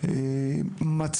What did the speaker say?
משום שזה היה לפני שאני ניהלתי.